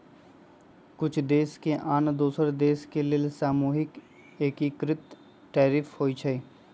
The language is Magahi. कुछ देश के आन दोसर देश के लेल सामूहिक एकीकृत टैरिफ होइ छइ